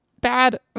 Bad